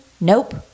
Nope